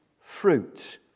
fruit